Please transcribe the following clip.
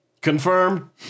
Confirm